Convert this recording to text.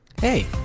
hey